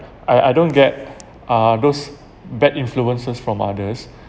I I don't get uh those bad influences from others